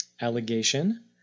allegation